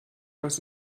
das